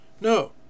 No